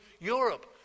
Europe